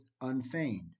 unfeigned